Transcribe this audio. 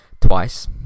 Twice